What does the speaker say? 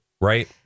right